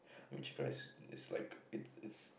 I mean chicken rice it's like it's it's